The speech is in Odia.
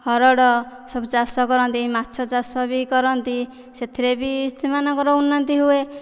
ହରଡ଼ ସବୁ ଚାଷ କରନ୍ତି ମାଛ ଚାଷ ବି କରନ୍ତି ସେଥିରେ ବି ସେମାନଙ୍କର ଉନ୍ନତି ହୁଏ